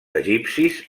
egipcis